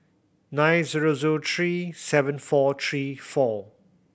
nine zero zero three seven four three four